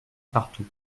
partout